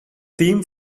theme